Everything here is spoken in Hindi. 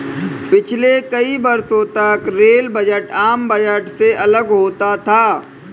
पिछले कई वर्षों तक रेल बजट आम बजट से अलग होता था